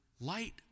light